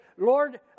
Lord